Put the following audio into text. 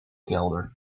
kelder